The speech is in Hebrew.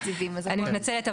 אני מתנצלת,